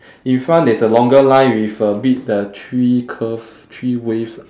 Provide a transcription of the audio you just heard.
in front there's a longer line with a bit the three curve three waves ah